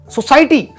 Society